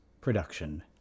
production